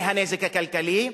מהנזק הכלכלי,